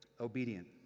obedient